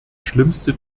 schlimmste